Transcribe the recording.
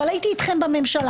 אבל הייתי אתכם בממשלה,